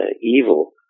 evil